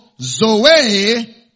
zoe